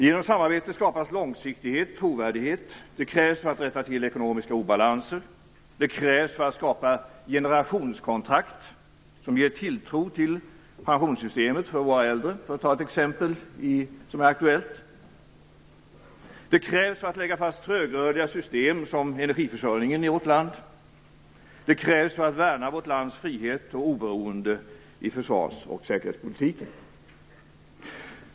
Genom samarbete skapas långsiktighet och trovärdighet. Det krävs för att rätta till ekonomiska obalanser. Det krävs för att skapa generationskontrakt, som ger tilltro till pensionssystemet för våra äldre, för att ta ett exempel som är aktuellt. Det krävs för att lägga fast trögrörliga system, som Energiförsörjningen i vårt land. Det krävs för att värna vårt lands frihet och oberoende i försvars och säkerhetspolitiken.